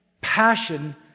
passion